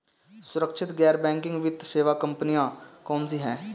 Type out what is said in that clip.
सुरक्षित गैर बैंकिंग वित्त सेवा कंपनियां कौनसी हैं?